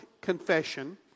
confession